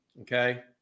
Okay